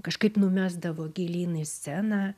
kažkaip numesdavo gilyn į sceną